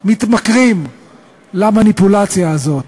מתמכרים למניפולציה הזאת.